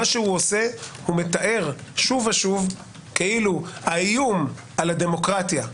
הוא מתאר שוב ושוב כאילו האיום על הדמוקרטיה,